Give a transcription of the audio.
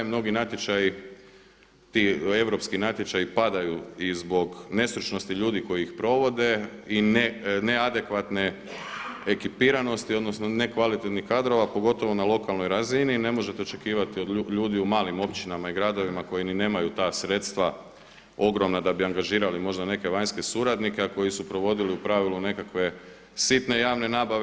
Mnogi natječaji ti europski natječaji padaju i zbog nestručnosti ljudi koji ih provode i neadekvatne ekipiranosti odnosno nekvalitetnih kadrova pogotovo na lokalnoj razini i ne možete očekivati od ljudi u malim općinama i gradovima koji ni nemaju ta sredstva ogromna da bi angažirali možda neke vanjske suradnike, a koji su provodili u pravilu nekakve sitne javne nabave.